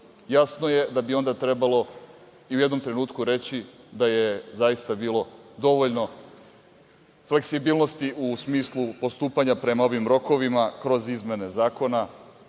Jasno je da bi onda trebalo i u jednom trenutku reći da je zaista bilo dovoljno fleksibilnosti u smislu postupanja prema ovim rokovima kroz izmene zakona,